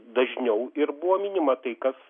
dažniau ir buvo minima tai kas